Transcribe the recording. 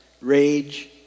rage